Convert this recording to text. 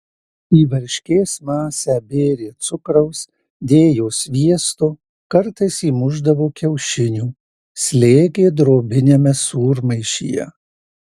į varškės masę bėrė cukraus dėjo sviesto kartais įmušdavo kiaušinių slėgė drobiniame sūrmaišyje